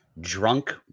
drunk